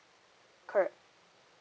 correct